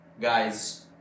guys